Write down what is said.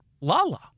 Lala